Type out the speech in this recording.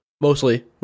Mostly